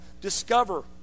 discover